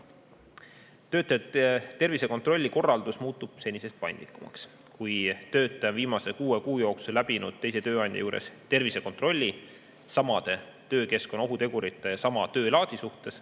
Töötajate tervisekontrolli korraldus muutub senisest paindlikumaks. Kui töötaja on viimase kuue kuu jooksul läbinud teise tööandja juures tervisekontrolli samade töökeskkonna ohutegurite ja sama töölaadi suhtes,